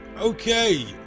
Okay